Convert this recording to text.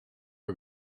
her